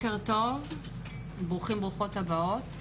בוקר טוב וברוכים וברוכות הבאות,